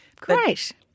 Great